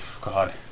God